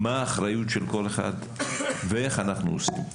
מה האחריות של כל אחד ואיך אנחנו עושים.